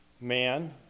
man